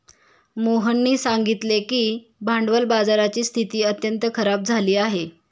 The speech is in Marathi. मोहननी सांगितले की भांडवल बाजाराची स्थिती अत्यंत खराब झाली आहे